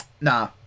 nah